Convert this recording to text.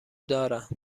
دارن